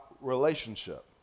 relationship